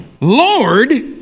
Lord